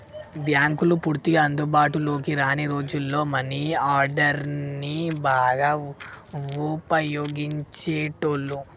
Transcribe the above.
బ్యేంకులు పూర్తిగా అందుబాటులోకి రాని రోజుల్లో మనీ ఆర్డర్ని బాగా వుపయోగించేటోళ్ళు